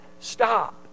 stop